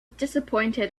disappointed